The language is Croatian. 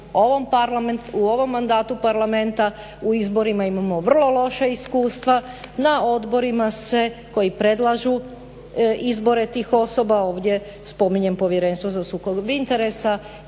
u ovom mandatu Parlamenta, u izborima imamo vrlo loša iskustva, na odborima se, koji predlažu izbore ti osoba, ovdje spominjem povjerenstvo za sukob interesa